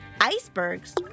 icebergs